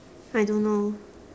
I don't know